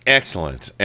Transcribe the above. excellent